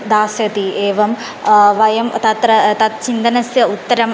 दास्यति एवं वयं तत्र तत् चिन्तनस्य उत्तरम्